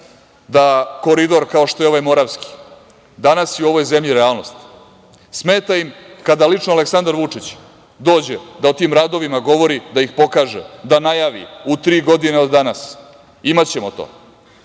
koridor, kao što je ovaj Moravski, danas je u ovoj zemlji realnost. Smeta im kada lično Aleksandar Vučić dođe da o tim radovima govori, da ih pokaže, da najavi, u tri godine od danas imaćemo to.